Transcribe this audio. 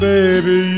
Baby